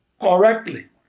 correctly